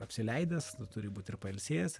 apsileidęs turi būt ir pailsėjęs